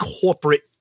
corporate